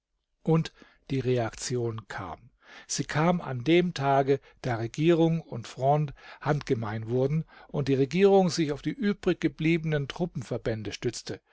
und die reaktion kam sie kam an dem tage da regierung und fronde handgemein wurden und die regierung sich auf die übriggebliebenen truppenverbände stützte